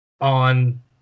on